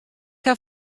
haw